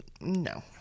no